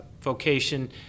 vocation